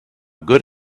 good